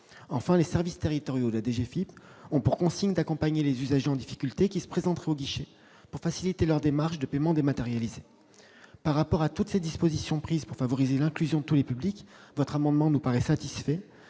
Enfin, les services territoriaux de la DGFiP ont pour consigne d'accompagner les usagers en difficulté qui se présenteraient aux guichets pour faciliter leurs démarches de paiement dématérialisé. Compte tenu de toutes les dispositions prises pour favoriser l'inclusion de tous les publics, votre amendement nous paraît donc satisfait.